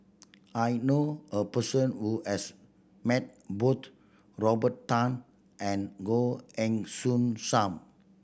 I know a person who has met both Robert Tan and Goh Heng Soon Sam